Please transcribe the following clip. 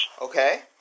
okay